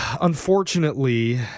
unfortunately